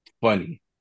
funny